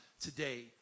today